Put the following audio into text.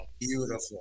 Beautiful